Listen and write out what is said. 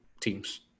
teams